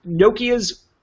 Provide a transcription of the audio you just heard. Nokia's